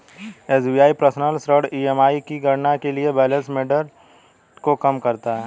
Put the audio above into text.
SBI personal ऋण EMI की गणना के लिए बैलेंस मेथड को कम करता है